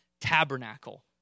tabernacle